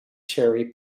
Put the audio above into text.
cherry